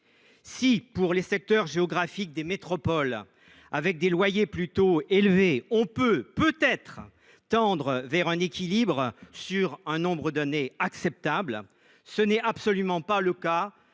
Si, pour les secteurs géographiques des métropoles, où les loyers sont plutôt élevés, on peut tendre vers un équilibre sur un nombre d’années acceptable, ce n’est absolument pas le cas